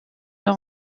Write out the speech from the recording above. leur